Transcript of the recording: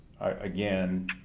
Again